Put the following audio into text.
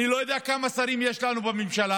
אני לא יודע כמה שרים יש לנו בממשלה,